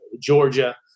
Georgia